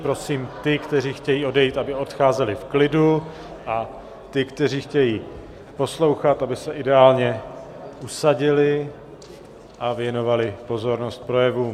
Prosím ty, kteří chtějí odejít, aby odcházeli v klidu, a ty, kteří chtějí poslouchat, aby se ideálně usadili a věnovali pozornost projevům...